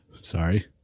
Sorry